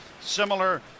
Similar